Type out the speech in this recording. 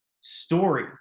story